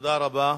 תודה רבה.